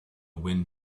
wind